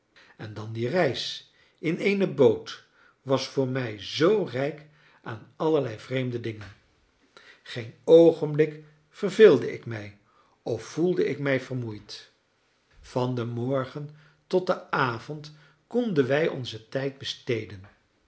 en dan die reis in eene boot was voor mij zoo rijk aan allerlei vreemde dingen geen oogenblik verveelde ik mij of voelde ik mij vermoeid van den morgen tot den avond konden wij onzen tijd besteden